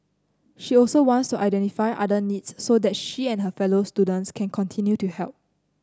she also wants to identify other needs so that she and her fellow students can continue to help